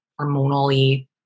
hormonally